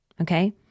okay